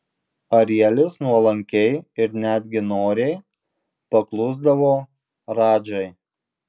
arielis nuolankiai ir netgi noriai paklusdavo radžai